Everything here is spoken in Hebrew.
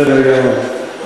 בסדר גמור.